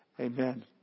Amen